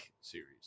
series